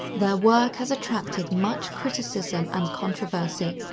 their work has attracted much criticism and controversy.